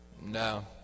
No